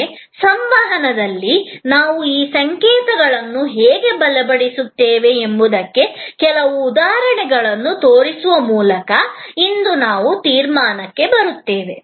ಆದರೆ ಸಂವಹನದಲ್ಲಿ ನಾವು ಈ ಸಂಕೇತಗಳನ್ನು ಹೇಗೆ ಬಲಪಡಿಸುತ್ತೇವೆ ಎಂಬುದಕ್ಕೆ ಕೆಲವು ಉದಾಹರಣೆಗಳನ್ನು ತೋರಿಸುವ ಮೂಲಕ ಇಂದು ನಾನು ತೀರ್ಮಾನಕ್ಕೆ ಬರುತ್ತೇನೆ